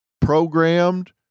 programmed